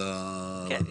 כן.